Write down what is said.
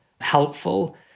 helpful